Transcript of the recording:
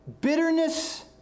Bitterness